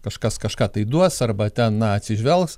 kažkas kažką tai duos arba ten atsižvelgs